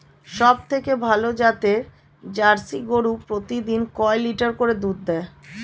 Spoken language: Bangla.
সবথেকে ভালো জাতের জার্সি গরু প্রতিদিন কয় লিটার করে দুধ দেয়?